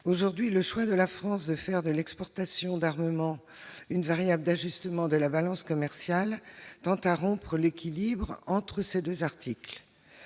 Aujourd'hui, le choix de la France de faire de l'exportation d'armements une variable d'ajustement de sa balance commerciale tend à rompre l'équilibre entre ces deux articles.